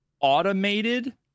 automated